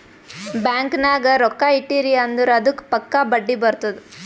bank ನಾಗ್ ರೊಕ್ಕಾ ಇಟ್ಟಿರಿ ಅಂದುರ್ ಅದ್ದುಕ್ ಪಕ್ಕಾ ಬಡ್ಡಿ ಬರ್ತುದ್